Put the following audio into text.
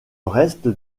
reste